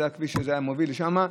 זה היה כביש שמוביל לשם,